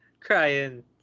crying